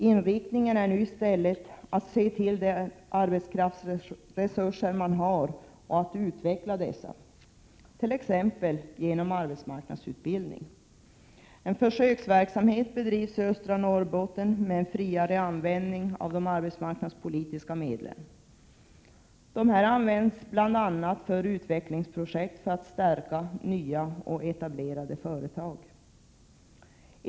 Inriktningen är nu i stället att se till de arbetskraftsresurser man har och att utveckla dessa, t.ex. genom arbetsmarknadsutbildning. En försöksverksamhet bedrivs i östra Norrbotten med en friare användning av de arbetsmarknadspolitiska medlen. Dessa används bl.a. för utvecklingsprojekt för att stärka nya och etablerade företag.